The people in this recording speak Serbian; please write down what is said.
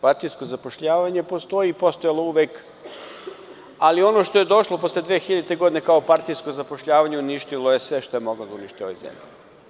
Partijsko zapošljavanje postoji i postojalo je uvek, ali ono što je došlo posle 2000. godine, kao partijsko zapošljavanje, uništilo je sve što je moglo da se uništi u ovoj zemlji.